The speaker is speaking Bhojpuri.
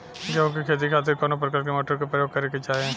गेहूँ के खेती के खातिर कवना प्रकार के मोटर के प्रयोग करे के चाही?